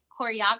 Choreography